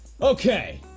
Okay